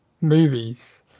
movies